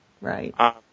Right